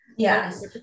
Yes